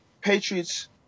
Patriots